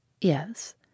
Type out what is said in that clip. Yes